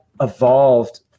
evolved